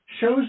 shows